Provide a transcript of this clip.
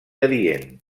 adient